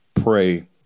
pray